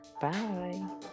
bye